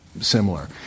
similar